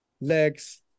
legs